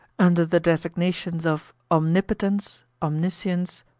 under the designations of omnipotence, omniscience,